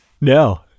No